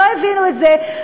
לא הבינו את זה,